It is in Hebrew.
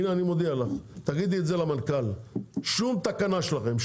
הנה אני מודיע לך תגידי את זה למנכ"ל שום תקנה שלכם,